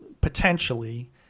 potentially